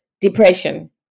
depression